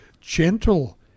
gentle